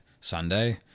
Sunday